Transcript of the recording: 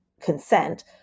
consent